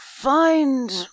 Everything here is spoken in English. Find